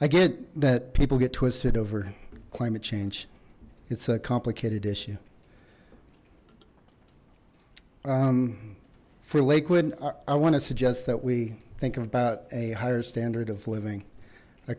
i get that people get twisted over climate change it's a complicated issue for lakewood i want to suggest that we think of about a higher standard of living a